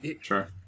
Sure